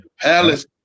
Palace